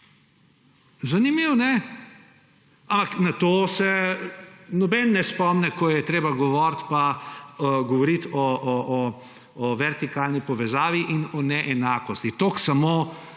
Zanimivo, ali ne? Ampak na to se nihče ne spomni, ko je treba govoriti o vertikalni povezavi in o neenakosti.